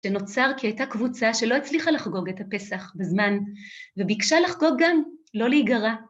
שנוצר כי הייתה קבוצה שלא הצליחה לחגוג את הפסח בזמן, וביקשה לחגוג גם לא להיגרע.